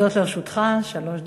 עומדות לרשותך שלוש דקות.